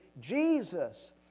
Jesus